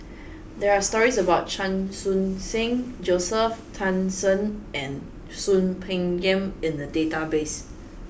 there are stories about Chan Khun Sing Joseph Tan Shen and Soon Peng Yam in the database